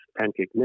pancake